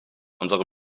unsere